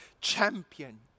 champion